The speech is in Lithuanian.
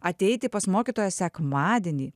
ateiti pas mokytoją sekmadienį